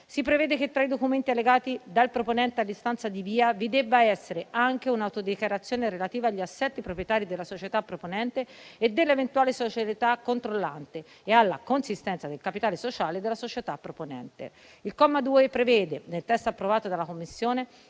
Si prevede che, tra i documenti allegati dal proponente all'istanza di VIA, vi debba essere anche un'autodichiarazione relativa agli assetti proprietari della società proponente e dell'eventuale società controllante, e alla consistenza del capitale sociale della società proponente. [**Presidenza del vice